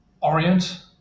orient